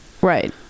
Right